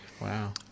Wow